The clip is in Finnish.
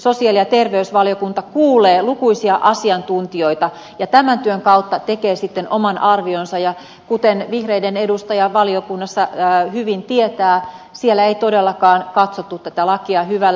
sosiaali ja terveysvaliokunta kuulee lukuisia asiantuntijoita ja tämän työn kautta tekee sitten oman arvionsa ja kuten vihreiden edustaja valiokunnassa hyvin tietää siellä ei todellakaan katsottu tätä lakia hyvällä